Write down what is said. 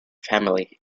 family